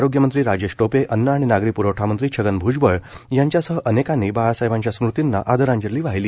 आरोग्य मंत्री राजेश टोपे अन्न आणि नागरी प्रवठा मंत्री छगन भूजबळ यांच्यासह अनेकांनी बाळासाहेबांच्या स्मूर्तींना आदरांजली वाहिली